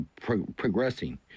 progressing